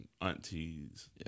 aunties